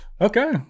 Okay